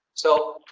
so.